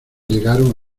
llegaron